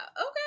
okay